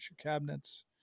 cabinets